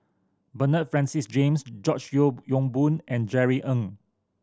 Bernard Francis James George Yeo Yong Boon and Jerry Ng